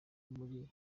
muri